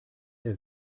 der